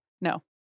No